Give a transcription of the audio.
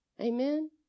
Amen